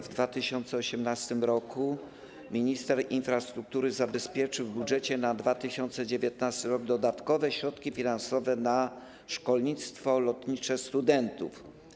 W 2018 r. minister infrastruktury zabezpieczył w budżecie na 2019 r. dodatkowe środki finansowe na szkolnictwo lotnicze studentów.